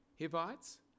Hivites